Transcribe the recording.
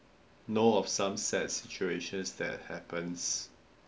know of some sad situation that happens